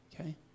okay